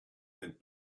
and